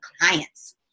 clients